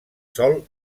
sol